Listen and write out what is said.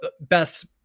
best